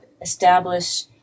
establish